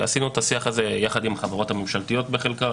ועשינו את השיח הזה יחד עם החברות הממשלתיות בחלקו,